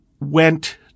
went